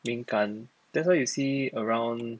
敏感 that's why you see around